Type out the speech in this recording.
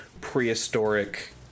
prehistoric